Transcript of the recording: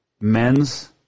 men's